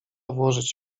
włożyć